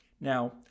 Now